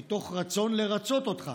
מתוך רצון לרצות אותך,